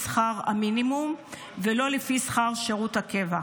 שכר המינימום ולא לפי שכר שירות הקבע.